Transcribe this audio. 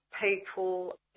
people